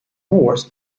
norse